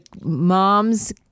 mom's